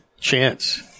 chance